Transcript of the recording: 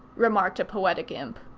remarked a poetic imp.